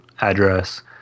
address